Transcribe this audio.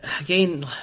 again